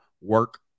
work